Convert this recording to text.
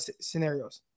scenarios